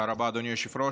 תודה רבה, אדוני היושב-ראש.